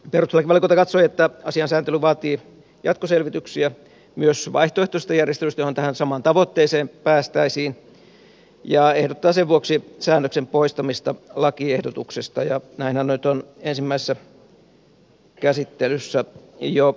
perustuslakivaliokunta katsoi että asian sääntely vaatii jatkoselvityksiä myös vaihtoehtoisista järjestelyistä jolla tähän samaan tavoitteeseen päästäisiin ja ehdottaa sen vuoksi säännöksen poistamista lakiehdotuksesta ja näinhän nyt on ensimmäisessä käsittelyssä jo päätetty